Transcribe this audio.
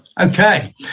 Okay